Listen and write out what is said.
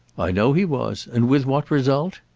i know he was and with what result?